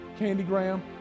Candygram